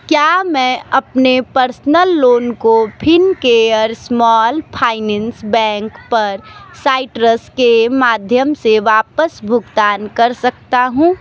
क्या मैं अपने पर्सनल लोन को फिनकेयर स्मॉल फाइनेंस बैंक पर साइट्रस के माध्यम से वापस भुगतान कर सकता हूँ